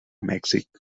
mèxic